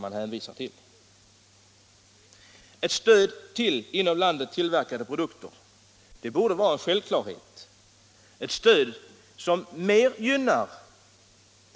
Nr 92 Ett stöd till inom landet tillverkade produkter i förhållande till de Onsdagen den importerade borde vara en självklarhet.